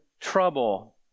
trouble